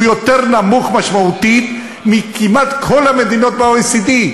הוא יותר נמוך משמעותית מאשר בכמעט כל מדינות ה-OECD,